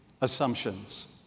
assumptions